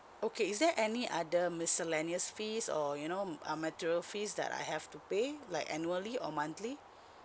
okay is there any other miscellaneous fees or you know uh material fees that I have to pay like annually or monthly